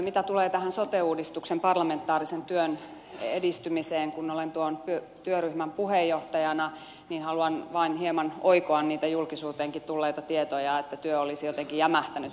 mitä tulee tähän sote uudistuksen parlamentaarisen työn edistymiseen kun olen tuon työryhmän puheenjohtajana niin haluan vain hieman oikoa niitä julkisuuteenkin tulleita tietoja että työ olisi jotenkin jämähtänyt paikoilleen